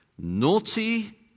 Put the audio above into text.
Naughty